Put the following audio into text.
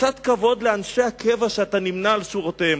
קצת כבוד לאנשי הקבע שאתה נמנה עם שורותיהם.